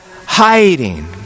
hiding